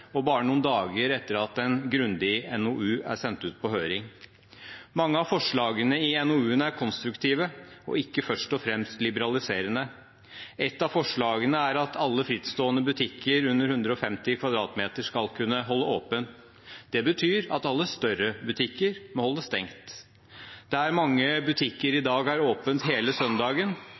og bare noen dager etter at en grundig NOU er sendt på høring. Mange av forslagene i NOU-en er konstruktive og ikke først og fremst liberaliserende. Et av forslagene er at alle frittstående butikker under 150 m 2 skal kunne holde åpent. Det betyr at alle større butikker må holde stengt. Der mange butikker i dag har åpent hele søndagen,